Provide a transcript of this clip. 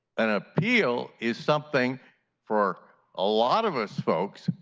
an appeal is something for a lot of us folks,